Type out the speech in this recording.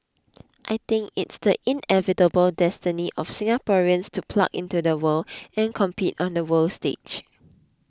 I think it's the inevitable destiny of Singaporeans to plug into the world and compete on the world stage